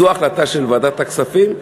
זאת ההחלטה של ועדת הכספים,